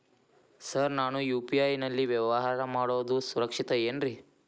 Sir ನಾನು UPI ನಲ್ಲಿ ವ್ಯವಹಾರ ಮಾಡೋದು ಸುರಕ್ಷಿತ ಏನ್ರಿ?